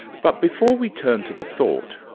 but before we turn to the thought,